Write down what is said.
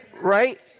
Right